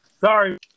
Sorry